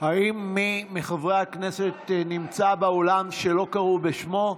האם מי מחברי הכנסת נמצא באולם שלא קראו בשמו?